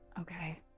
Okay